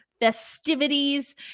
festivities